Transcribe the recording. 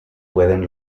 pueden